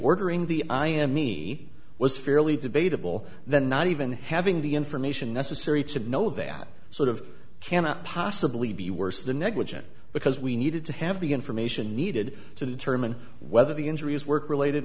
ordering the i am me was fairly debateable then not even having the information necessary to know that sort of cannot possibly be worse than negligent because we needed to have the information needed to determine whether the injuries work related